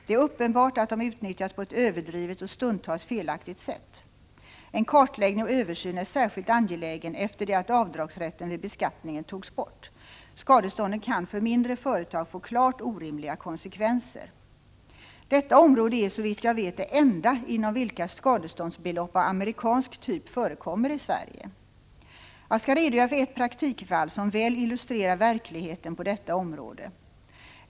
Det är uppenbart att de utnyttjas på ett överdrivet och stundtals felaktigt sätt. En kartläggning och översyn är särskilt angelägen efter det att avdragsrätten vid beskattningen togs bort. Skadestånden kan för mindre företag få klart orimliga konsekvenser. Detta område är, såvitt jag vet, det enda inom vilket skadeståndsbelopp av amerikansk typ förekommer i Sverige. Jag skall redogöra för ett praktikfall, som väl illustrerar verkligheten på detta område.